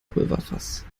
pulverfass